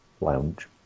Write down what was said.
lounge